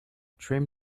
trim